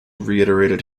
reiterated